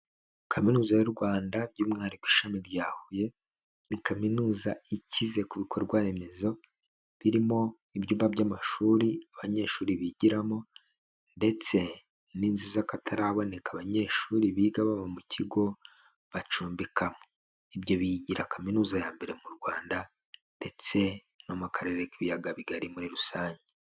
Kaminuza y'u Rwanda by'umwihariko ishami rya Huye, ni kaminuza ikize ku bikorwa remezo birimo ibyumba by'amashuri abanyeshuri bigiramo ndetse ninzu z'akataraboneka abanyeshuri biga baba mu kigo bacumbika, ibyo biyigira kaminuza ya mbere mu Rwanda ndetse no mu karere k'ibiyaga bigari muri rusange.